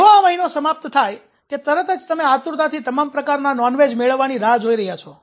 જેવો આ મહિનો સમાપ્ત થાય છે કે તરત જ તમે આતુરતાથી તમામ પ્રકારના નોન વેજ મેળવવાની રાહ જોઇ રહ્યા છો